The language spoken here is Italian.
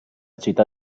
città